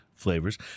flavors